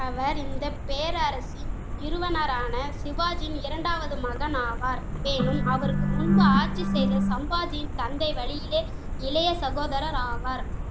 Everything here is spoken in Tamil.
அவர் இந்தப் பேரரசின் நிறுவனரான சிவாஜியின் இரண்டாவது மகன் ஆவார் மேலும் அவருக்கு முன்பு ஆட்சி செய்த சம்பாஜியின் தந்தை வழியிலே இளைய சகோதரர் ஆவார்